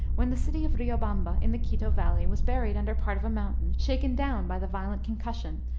when the city of riobamba, in the quito valley, was buried under part of a mountain shaken down by the violent concussion,